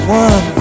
one